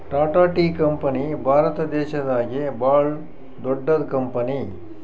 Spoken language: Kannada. ಟಾಟಾ ಟೀ ಕಂಪನಿ ಭಾರತ ದೇಶದಾಗೆ ಭಾಳ್ ದೊಡ್ಡದ್ ಕಂಪನಿ